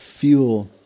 fuel